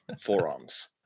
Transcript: forearms